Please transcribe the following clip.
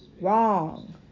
wrong